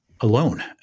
alone